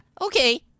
okay